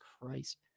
christ